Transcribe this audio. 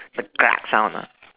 the sound ah